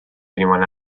anyone